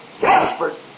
Desperate